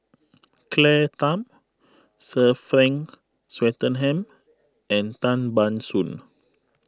Claire Tham Sir Frank Swettenham and Tan Ban Soon